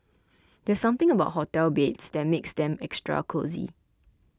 there's something about hotel beds that makes them extra cosy